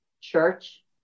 church